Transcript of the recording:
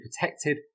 protected